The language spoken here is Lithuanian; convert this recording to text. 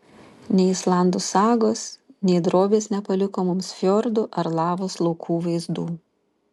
nei islandų sagos nei drobės nepaliko mums fjordų ar lavos laukų vaizdų